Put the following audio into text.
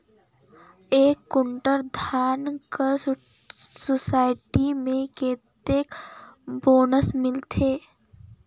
एक कुंटल धान कर सोसायटी मे कतेक बोनस मिलथे?